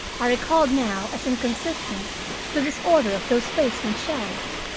i recalled now as inconsistent the disorder of those basement shelves.